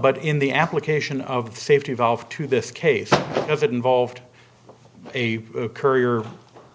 but in the application of the safety valve to this case if it involved a courier